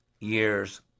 years